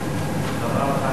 בזמן.